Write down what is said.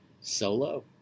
Solo